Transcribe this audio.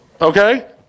Okay